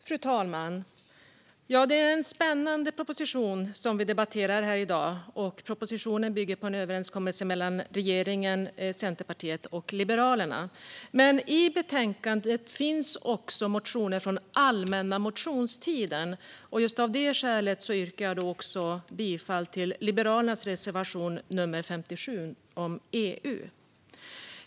Fru talman! Det är en spännande proposition som vi debatterar här i dag. Den bygger på en överenskommelse mellan regeringen, Centerpartiet och Liberalerna. Men i betänkandet finns också motioner från allmänna motionstiden, och av det skälet yrkar jag också bifall till Liberalernas reservation nr 57 om EU.